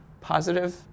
positive